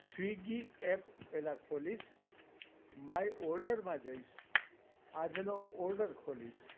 Swiggy app પહેલા ખોલીશ my ઓર્ડરમાં જઈશ આજનો ઑડર ખોલીશ